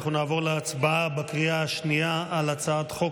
אנחנו נעבור להצבעה בקריאה השנייה על הצעת חוק